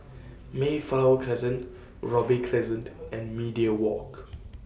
Mayflower Crescent Robey Crescent and Media Walk